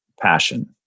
passion